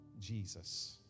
Jesus